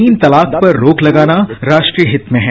तीन तलाक पर रोक लगाना राष्ट्रीय हित में है